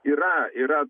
yra yra